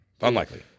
Unlikely